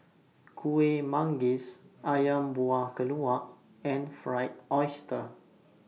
Kueh Manggis Ayam Buah Keluak and Fried Oyster